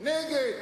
נגד.